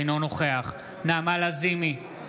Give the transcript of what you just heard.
אינו נוכח נעמה לזימי,